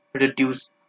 reduce